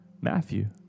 Matthew